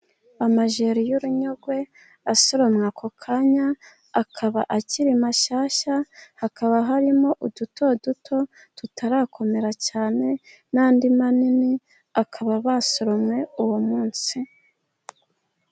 Amajyeri y'urunyogwe asoromwe ako kanya, akaba akiri mashyashya, hakaba harimo uduto duto tutarakomera cyane, n'andi manini akaba yasoromwe uwo munsi.